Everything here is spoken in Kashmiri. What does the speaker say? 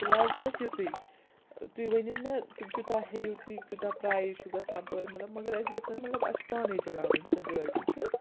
فِلحال چھُ اَسہِ یُتُے تُہۍ ؤنِو مےٚ تُہۍ کوٗتاہ ہیٚیُو تُہۍ کوٗتاہ پرٛایِز چھُ گژھان پٔر مطلب مگر اَسہِ گژھن مطلب اَسہِ چھِ پانَے چَلاوٕنۍ سۄ گٲڑۍ ٹھیٖک چھِ حظ